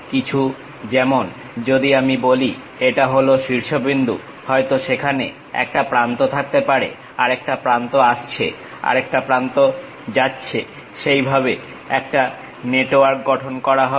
কিছু যেমন যদি আমি বলি এটা হলো শীর্ষবিন্দু হয়তো সেখানে একটা প্রান্ত থাকতে পারে আরেকটা প্রান্ত আসছে আরেকটা প্রান্ত যাচ্ছে সেইভাবে একটা নেটওয়ার্ক গঠন করা হবে